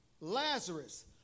Lazarus